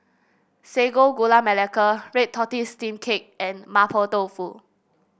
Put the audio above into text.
Sago Gula Melaka red tortoise steam cake and Mapo Tofu